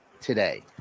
today